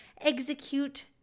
execute